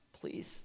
please